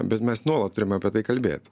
bet mes nuolat turime apie tai kalbėt